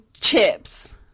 chips